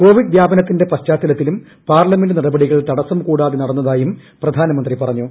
Covid വ്യാപനത്തിന്റെ പശ്ചാത്തലത്തിലും parliament നടപടികൾ തടസം കൂടാതെ നടന്നതായും പ്രധാനമന്ത്രി പറഞ്ഞു